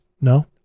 No